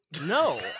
No